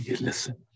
listen